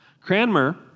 Cranmer